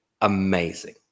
amazing